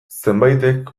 zenbaitek